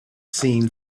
seen